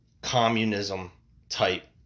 communism-type